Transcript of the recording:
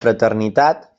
fraternitat